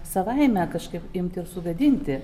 savaime kažkaip imti ir sugadinti